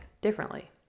differently